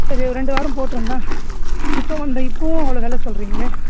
சரி ஒரு ரெண்டு வாரம் போட்டுன்னு தான் இப்போ வந்தோம் இப்போவும் அவ்ளோ வில சொல்லுறீங்களே